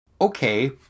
Okay